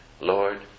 Lord